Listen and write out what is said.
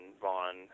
Vaughn